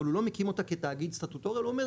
אבל הוא לא מקים אותה כתאגיד סטטוטורי אלא הוא אומר